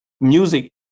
music